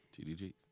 tdg